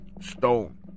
stone